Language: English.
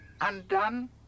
Undone